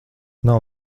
nav